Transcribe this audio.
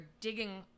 digging